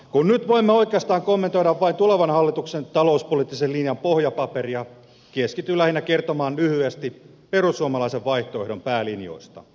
kun nyt voimme oikeastaan kommentoida vain tulevan hallituksen talouspoliittisen linjan pohjapaperia keskityn lähinnä kertomaan lyhyesti perussuomalaisen vaihtoehdon päälinjoista